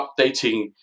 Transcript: updating